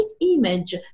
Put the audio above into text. image